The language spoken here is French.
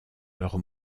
leurs